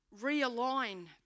realign